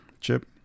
chip